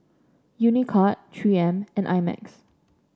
Unicurd Three M and I Max